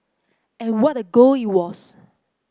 and what a goal it was